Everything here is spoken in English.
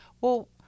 well-